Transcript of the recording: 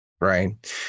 right